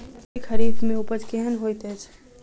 पिछैती खरीफ मे उपज केहन होइत अछि?